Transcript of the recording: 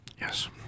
Yes